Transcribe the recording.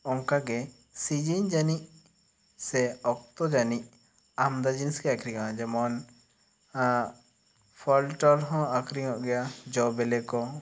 ᱚᱱᱠᱟ ᱜᱮ ᱥᱤᱡᱤᱱ ᱡᱟᱹᱱᱤᱡ ᱥᱮ ᱚᱠᱛᱚ ᱡᱟᱹᱱᱤᱡ ᱟᱢᱫᱟ ᱡᱤᱱᱤᱥ ᱜᱤ ᱟᱹᱠᱷᱨᱤᱧᱚᱜ ᱟ ᱡᱮᱢᱚᱱ ᱯᱷᱟᱞᱴᱟᱨ ᱦᱚᱸ ᱟᱹᱠᱷᱨᱤᱧᱚᱜ ᱜᱮᱭᱟ ᱡᱚ ᱵᱤᱞᱤ ᱠᱚ